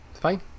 Fine